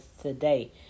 today